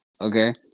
Okay